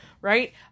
right